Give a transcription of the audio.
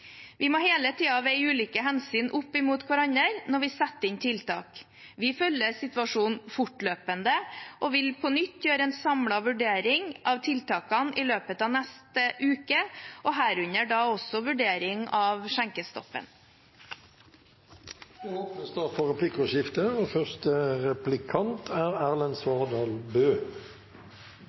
Vi må hele tiden veie ulike hensyn opp mot hverandre når vi setter inn tiltak. Vi følger situasjonen fortløpende og vil på nytt gjøre en samlet vurdering av tiltakene i løpet av neste uke, herunder også vurdering av skjenkestoppen. Det blir replikkordskifte. Høyre har over tid kritisert regjeringen for